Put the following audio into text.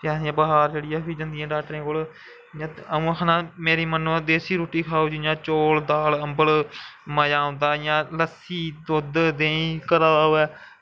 फ्ही आखदियां बखार चढ़ियां फ्ही जंदियां डाक्टरे कोल अ'ऊं आखना मेरी मन्नो तां देस्सी रुट्टी खाओ जि'यां चौल दाल अम्बल दा मज़ा औंदा इ'यां लस्सी दुद्द देही घरा दा होऐ